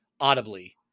audibly